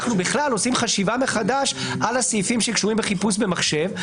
אנחנו בכלל עושים חשיבה מחדש על הסעיפים שקשורים בחיפוש במחשב.